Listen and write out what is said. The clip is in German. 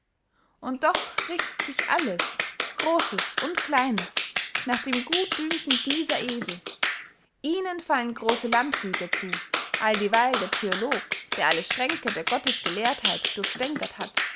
und doch richtet sich alles grosses und kleines nach dem gutdünken dieser esel ihnen fallen grosse landgüter zu alldieweil der theolog der alle schränke der gottesgelehrtheit durchstänkert hat